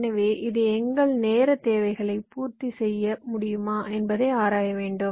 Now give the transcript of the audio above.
எனவே இது எங்கள் நேரத் தேவைகளை பூர்த்தி செய்ய முடியுமா என்பதை ஆராய வேண்டும்